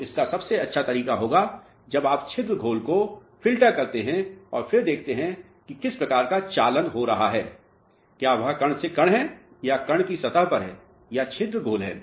तो इसका सबसे अच्छा तरीका होगा जब आप छिद्र घोल को फ़िल्टर करते हैं और फिर देखते हैं कि किस प्रकार का चालन हो रहा है क्या वह कण से कण है या कण की सतह पर है या छिद्र घोल है